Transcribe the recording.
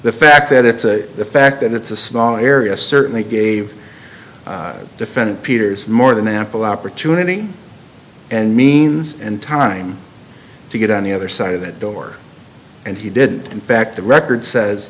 the fact that it's the fact that it's a small area certainly gave defendant peters more than ample opportunity and means and time to get on the other side of that door and he did in fact the record says